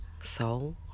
soul